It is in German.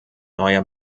neuer